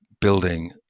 building